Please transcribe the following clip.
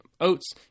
oats